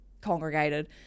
congregated